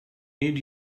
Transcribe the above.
need